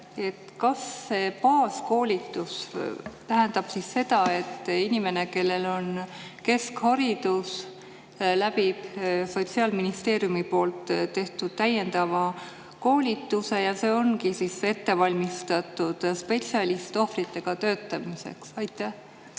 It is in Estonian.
Kas see baaskoolitus tähendab seda, et inimene, kellel on keskharidus, läbib Sotsiaalministeeriumi tehtud täiendava koolituse ja see ongi siis ettevalmistatud spetsialist ohvritega töötamiseks? Aitäh,